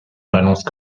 balance